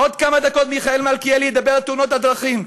עוד כמה דקות מיכאל מלכיאלי ידבר על תאונות הדרכים.